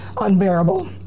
unbearable